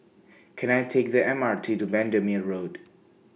Can I Take The M R T to Bendemeer Road